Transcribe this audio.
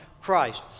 Christ